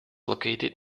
located